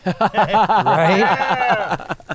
right